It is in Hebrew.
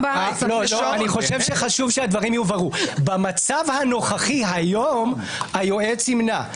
חשוב שהדברים יובהרו: במצב הנוכחי כיום היועץ ימנע;